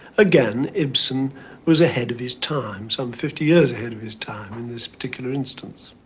again, ibsen was ahead of his time, some fifty years ahead of his time in this particular instance.